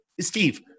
Steve